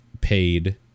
paid